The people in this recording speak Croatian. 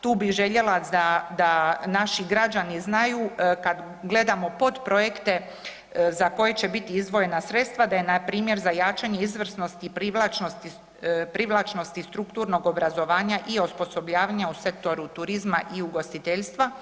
Tu bi željela da, da naši građani znaju kad gledamo pod projekte za koje će biti izdvojena sredstva, da je npr. za jačanje izvrsnosti i privlačnosti, privlačnosti strukturnog obrazovanja i osposobljavanja u Sektoru turizma i ugostiteljstva